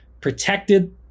protected